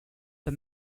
the